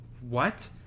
What